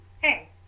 Hey